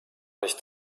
nicht